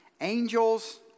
angels